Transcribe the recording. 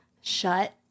Shut